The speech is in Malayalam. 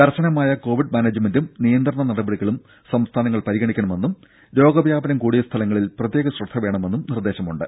കർശനമായ കോവിഡ് മാനേജ്മെന്റും നിയന്ത്രണ നടപടികളും സംസ്ഥാനങ്ങൾ പരിഗണിക്കണമെന്നും രോഗ വ്യാപനം കൂടിയ സ്ഥലങ്ങളിൽ പ്രത്യേക ശ്രദ്ധ വേണമെന്നും നിർദ്ദേശമുണ്ട്